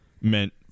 meant